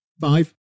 Five